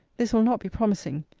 this will not be promising.